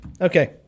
Okay